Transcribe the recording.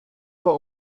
war